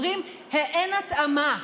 אומרים: אין התאמה,